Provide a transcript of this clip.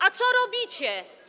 A co robicie?